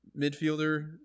midfielder